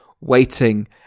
waiting